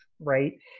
right